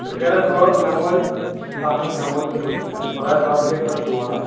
ژٕ کَرکھ کٲم ژےٚ ہیمووے ستھ ہتھ ہیمووے تہٕ تُل کینہہ چھُنہٕ پرواے بَتہٕ گَژھِ سَر چون آسُن